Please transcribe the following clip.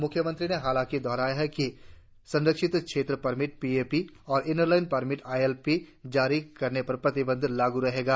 मुख्यमंत्री ने हालांकि दोहराया कि संरक्षित क्षेत्र परमिट पीएपी और इनर लाइन परमिट आईएलपी जारी करने पर प्रतिबंध लागू रहेगा